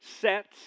sets